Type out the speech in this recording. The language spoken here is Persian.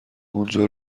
اونجا